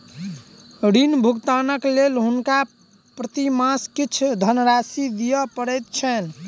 ऋण भुगतानक लेल हुनका प्रति मास किछ धनराशि दिअ पड़ैत छैन